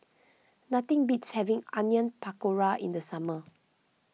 nothing beats having Onion Pakora in the summer